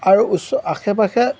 আৰু ওচৰৰ আশে পাশে